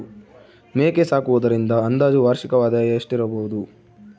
ಮೇಕೆ ಸಾಕುವುದರಿಂದ ಅಂದಾಜು ವಾರ್ಷಿಕ ಆದಾಯ ಎಷ್ಟಿರಬಹುದು?